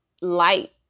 light